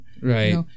Right